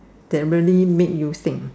that really made you sing